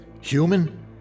Human